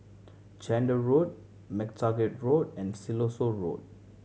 Chander Road MacTaggart Road and Siloso Road